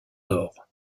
d’or